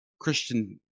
Christian